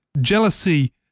jealousy